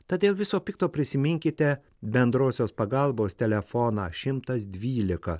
tad dėl viso pikto prisiminkite bendrosios pagalbos telefoną šimtas dvylika